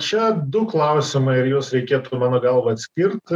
čia du klausimai ir juos reikėtų mano galva atskirt